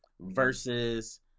versus